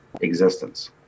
existence